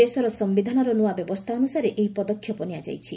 ଦେଶର ସମ୍ଭିଧାନର ନୂଆ ବ୍ୟବସ୍ଥା ଅନୁସାରେ ଏହି ପଦକ୍ଷେପ ନିଆଯାଇଛି